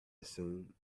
assume